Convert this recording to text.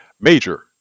Major